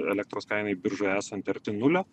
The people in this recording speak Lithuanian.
elektros kainai biržoj esant arti nulio